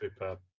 Superb